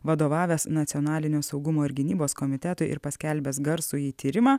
vadovavęs nacionalinio saugumo ir gynybos komitetui ir paskelbęs garsųjį tyrimą